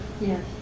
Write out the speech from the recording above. Yes